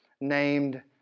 named